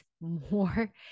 more